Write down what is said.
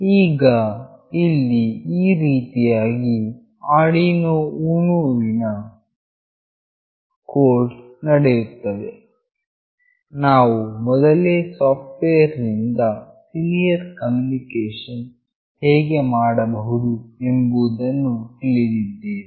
ಈಗ ಇಲ್ಲಿ ಈ ರೀತಿಯಾಗಿ ಆರ್ಡಿನೋ ಯುನೋ ವಿನ ಕೋಡ್ವು ನಡೆಯುತ್ತದೆ ನಾವು ಮೊದಲೇ ಸಾಫ್ಟ್ವೇರ್ ನ ಸೀರಿಯಲ್ ಕಮ್ಯುನಿಕೇಶನ್ ಹೇಗೆ ಮಾಡಬಹುದು ಎಂಬುದನ್ನು ತಿಳಿದಿದ್ದೇವೆ